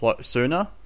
sooner